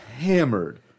hammered